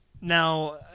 Now